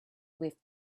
with